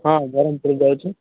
ହଁ ବରହମପୁର ଯାଉଛି